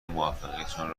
موفقیتشان